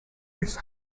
its